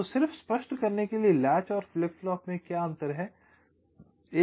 तो सिर्फ स्पष्ट करने के लिए लैच और फ्लिप फ्लॉप में क्या अंतर है